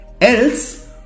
Else